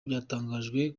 byatangajwe